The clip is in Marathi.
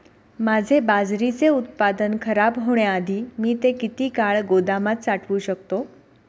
माझे बाजरीचे उत्पादन खराब होण्याआधी मी ते किती काळ गोदामात साठवू शकतो?